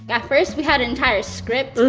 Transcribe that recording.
at first, we had an entire script,